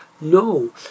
No